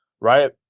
right